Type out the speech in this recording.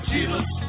Jesus